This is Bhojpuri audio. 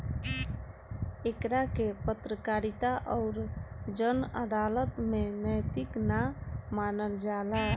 एकरा के पत्रकारिता अउर जन अदालत में नैतिक ना मानल जाला